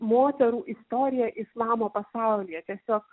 moterų istoriją islamo pasaulyje tiesiog